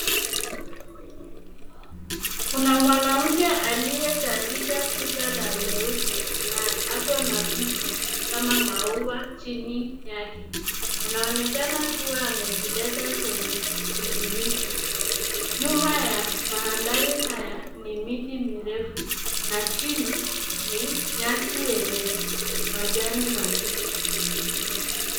Kuna mwanamke aliyetandika shuka la nyeupe, na ako na vitu kama maua chini yake. Anaonekana kuwa amejileta kwenye pikiniki . Nyuma ya mandhari haya, ni miti mirefu, na chini ni nyasi yenye majani mabichi.